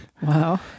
Wow